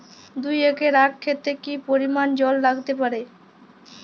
দুই একর আক ক্ষেতে কি পরিমান জল লাগতে পারে?